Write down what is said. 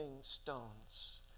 stones